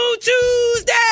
Tuesday